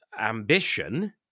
ambition